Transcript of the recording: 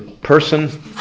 person